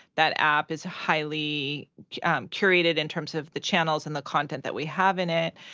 that app is highly curated in terms of the channels and the content that we have in it,